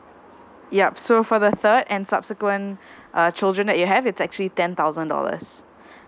yup so for the third and subsequent uh children that you have it's actually ten thousand dollars